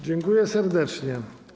Dziękuję serdecznie.